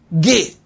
gay